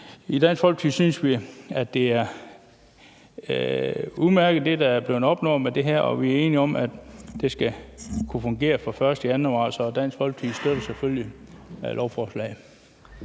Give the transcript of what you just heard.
I Dansk Folkeparti synes vi, at det, der er blevet opnået med det her, er udmærket, og vi er enige om, at det skal kunne fungere fra 1. januar. Så Dansk Folkeparti støtter selvfølgelig lovforslaget.